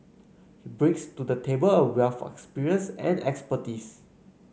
he brings to the table a wealth of experience and expertise